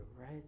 Right